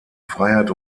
freiheit